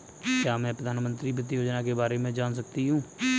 क्या मैं प्रधानमंत्री वित्त योजना के बारे में जान सकती हूँ?